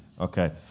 okay